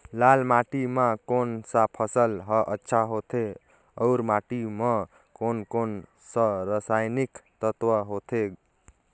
लाल माटी मां कोन सा फसल ह अच्छा होथे अउर माटी म कोन कोन स हानिकारक तत्व होथे?